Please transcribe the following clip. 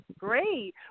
Great